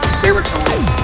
serotonin